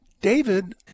David